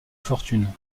fortune